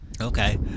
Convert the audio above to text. Okay